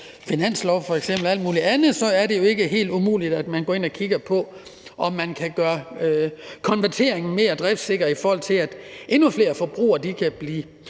finanslov og alt mulig andet, er det jo ikke helt umuligt, at man kan gøre konverteringen mere driftssikker, så endnu flere forbrugere kan blive